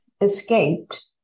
escaped